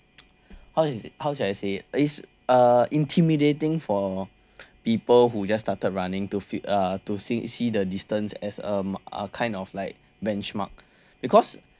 how is how should I say is uh intimidating for people who just started running to fit to see see the distance as a uh kind of like benchmark because